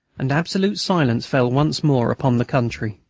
and absolute silence fell once more upon the country.